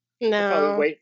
No